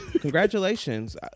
congratulations